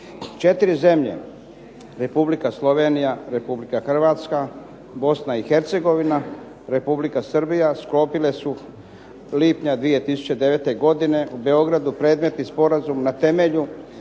Četiri zemlje Republika Slovenija, Republika Hrvatska, Bosna i Hercegovina, Republika Srbija sklopile su lipnja 2009. godine u Beogradu predmetni sporazum na temelju